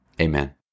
Amen